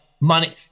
money